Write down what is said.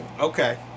Okay